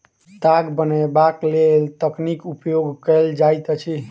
ताग बनयबाक लेल तकलीक उपयोग कयल जाइत अछि